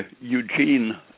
Eugene